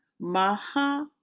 Maha